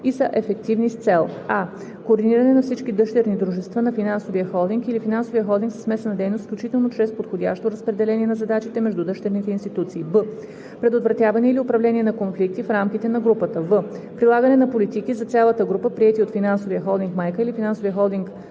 и са ефективни с цел: а) координиране на всички дъщерни дружества на финансовия холдинг или финансовия холдинг със смесена дейност, включително чрез подходящо разпределение на задачите между дъщерните институции; б) предотвратяване или управление на конфликти в рамките на групата; в) прилагане на политики за цялата група, приети от финансовия холдинг майка или финансовия холдинг